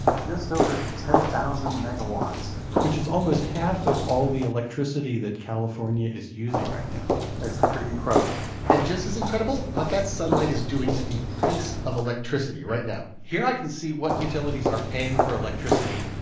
just over ten thousand megawatts which is almost half of all the electricity that california is using right now that's pretty incredible and just as incredible what that sunlight is doing to the price of electricity right now here, i can see what utilities are paying for electricity,